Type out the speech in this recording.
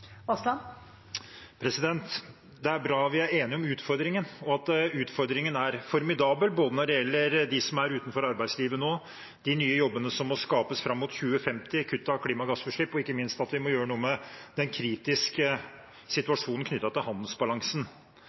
Det er bra vi er enige om utfordringen og om at utfordringen er formidabel, når det gjelder både dem som er utenfor arbeidslivet nå, de nye jobbene som må skapes fram mot 2050, kutt av klimagassutslipp og ikke minst at vi må gjøre noe med den kritiske situasjonen knyttet til handelsbalansen.